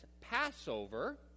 Passover